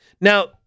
Now